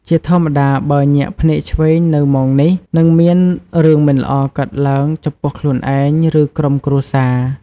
ជាធម្មតាបើ ញាក់ភ្នែកឆ្វេងនៅម៉ោងនេះ នឹងមានរឿងមិនល្អកើតឡើងចំពោះខ្លួនឯង ឬក្រុមគ្រួសារ។